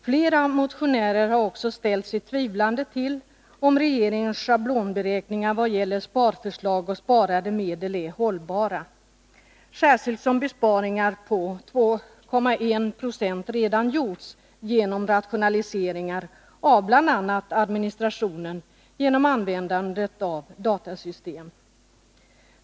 Flera motionärer har också ställt sig tvivlande till om regeringens schablonberäkningar i vad gäller sparförslag och sparade medel är hållbara, särskilt som besparingar på 2,1 26 redan gjorts genom rationaliseringar av bl.a. administrationen genom användandet av datasystem.